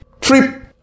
trip